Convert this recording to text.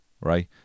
right